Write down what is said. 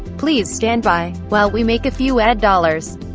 please stand by while we make a few ad dollars